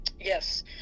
Yes